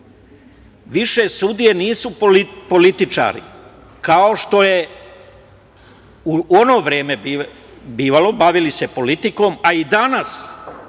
Više sudije nisu političari, kao što je u ono vreme bivalo, bavili se politikom, a i danas